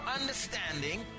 understanding